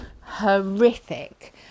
horrific